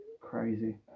Crazy